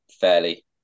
fairly